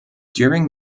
during